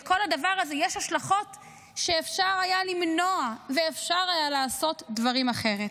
לכל הדבר הזה יש השלכות שאפשר היה למנוע ואפשר היה לעשות דברים אחרת.